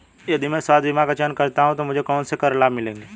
यदि मैं स्वास्थ्य बीमा का चयन करता हूँ तो मुझे कौन से कर लाभ मिलेंगे?